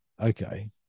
Okay